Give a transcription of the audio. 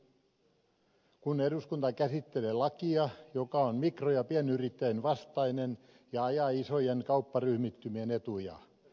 miten on nyt kun eduskunta käsittelee lakia joka on mikro ja pienyrittäjävastainen ja ajaa isojen kaupparyhmittymien etuja